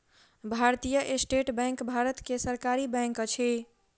भारतीय state bank Bharat के सरकारी बैंक अछि